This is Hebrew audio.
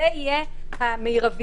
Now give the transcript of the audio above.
זה יהיה המרבי.